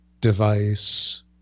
device